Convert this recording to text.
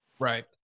Right